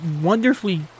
wonderfully